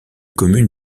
commune